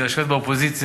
כי לשבת באופוזיציה,